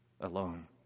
alone